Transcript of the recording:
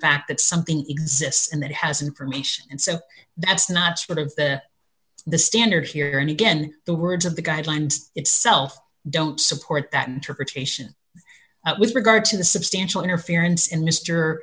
fact that something exists and that has information and so that's not sort of the standard here and again the words of the guidelines itself don't support that interpretation with regard to the substantial interference in mr